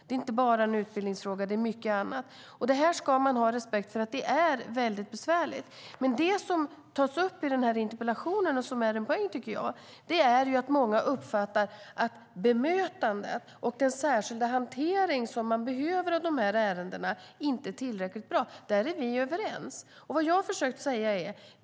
Det är inte bara en utbildningsfråga utan det är fråga om mycket annat. Man ska ha respekt för att dessa frågor är mycket besvärliga. Det som tas upp i interpellationen, och som är en poäng, är att många uppfattar att bemötandet och den särskilda hantering som behövs i dessa ärenden inte är tillräckligt bra. Där är vi överens.